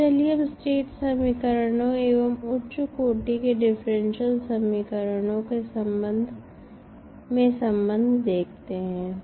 अब चलिए हम स्टेट समीकरणों एवं उच्च कोटि के डिफरेंशियल समीकरणों में सम्बन्ध देखते हैं